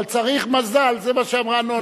שיש פְלוּס, אבל צריך מזל, זה מה שאמרה נונה.